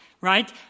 right